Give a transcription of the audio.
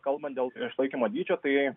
kalbant dėl išlaikymo dydžio tai